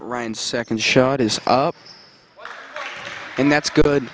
and second shot is up and that's good